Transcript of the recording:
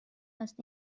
است